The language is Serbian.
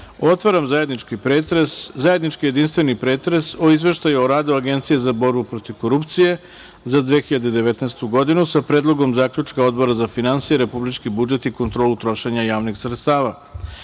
otvaram zajednički jedinstveni pretres o Izveštaju o radu Agencije za borbu protiv korupcije za 2019. godinu, sa predlogom zaključka Odbora za finansije, republički budžet i kontrolu trošenja javnih sredstava,